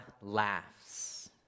laughs